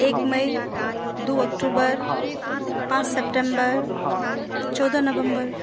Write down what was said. एक मई दू अक्टूबर पाँच सेप्टेम्बर चौदह नवम्बर